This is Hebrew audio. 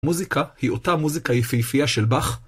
מוזיקה היא אותה מוזיקה יפייפייה של באך?